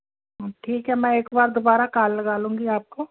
ठीक है मैं एक बार दोबारा काल लगा लूँगी आपको